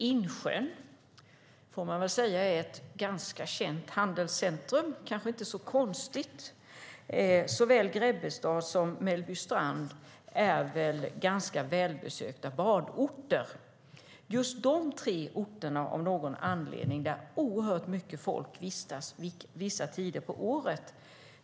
Insjön får man säga är ett ganska känt handelscentrum, och såväl Grebbestad som Mellbystrand är välbesökta badorter. Just de tre orterna tas av någon anledning upp som exempel, det vill säga orter där oerhört mycket folk vistas vissa tider av året.